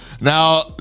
Now